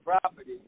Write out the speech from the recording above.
property